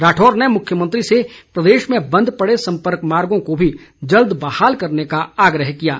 राठौर ने मुख्यमंत्री से प्रदेश में बंद पड़े सम्पर्क मार्गों को भी जल्द बहाल करने का आग्रह किया है